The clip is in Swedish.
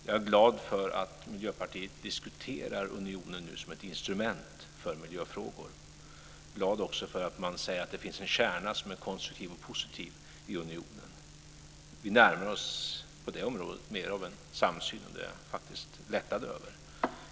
Jag är glad för att Miljöpartiet nu diskuterar unionen som ett instrument för miljöfrågor. Jag är också glad för att man säger att det finns en kärna som är konstruktiv och positiv i unionen. På det området närmar vi oss mer av en samsyn, och det är jag faktiskt lättad över.